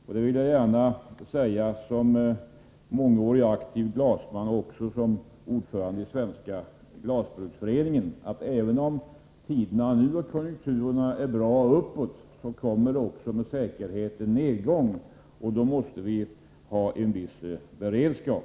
I egenskap av aktiv låt mig säga glasman under många år och i egenskap av ordförande för Svenska glasbruksföreningen vill jag gärna framhålla att även om tiderna nu är goda och konjunkturerna går uppåt, kommer med säkerhet en nedgång. Då måste vi ha en viss beredskap.